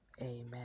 amen